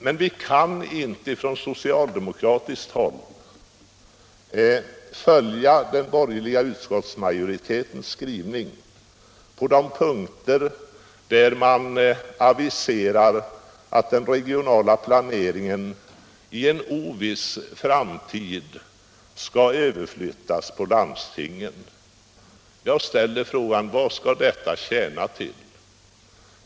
Men vi kan från socialdemokratiskt håll inte följa den borgerliga utskottsmajoritetens skrivning på de punkter där man aviserar att den regionala planeringen i en oviss framtid skall överflyttas på landstingen. Jag ställer frågan: Vad skall detta tjäna till?